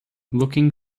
looking